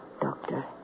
Doctor